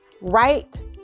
right